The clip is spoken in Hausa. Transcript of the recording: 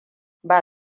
ba